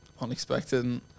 unexpected